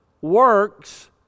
works